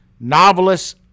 novelists